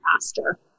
faster